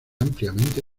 ampliamente